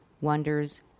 wonders